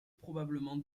probablement